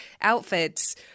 outfits –